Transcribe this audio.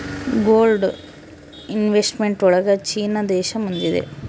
gold investment ಒಳಗ China ದೇಶ ಮುಂದಿದೆ